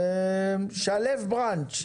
שלו בראנץ,